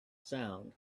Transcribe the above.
sound